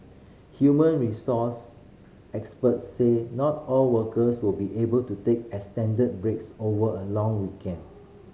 human resource experts said not all workers will be able to take extended breaks over a long weekend